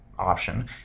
option